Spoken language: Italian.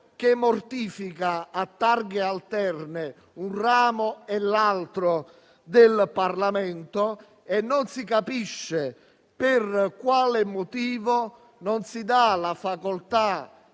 che mortifica, a targhe alterne, un ramo o l'altro del Parlamento. E non si capisce per quale motivo non si dà la facoltà